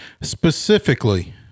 Specifically